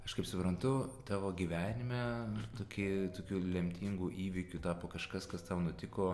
aš kaip suprantu tavo gyvenime tokį tokiu lemtingu įvykiu tapo kažkas kas tau nutiko